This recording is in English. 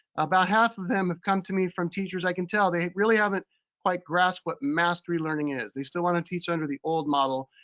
about half of them have come to me from teachers, i can tell, they really haven't quite grasped what mastery learning is. they still wanna teach under the old model.